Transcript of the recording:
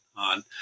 On